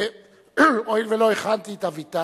הואיל ולא הכנתי את אביטל,